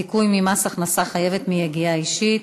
זיכוי ממס מהכנסה חייבת מיגיעה אישית),